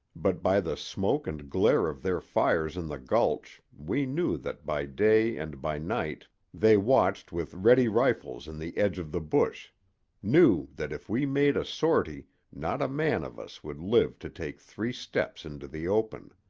but by the smoke and glare of their fires in the gulch we knew that by day and by night they watched with ready rifles in the edge of the bush knew that if we made a sortie not a man of us would live to take three steps into the open.